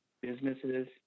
businesses